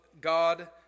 God